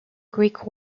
greek